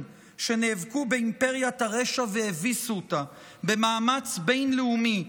שנאבקו באימפריית הרשע והביסו אותה במאמץ בין-לאומי,